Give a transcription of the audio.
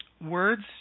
Words